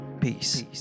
peace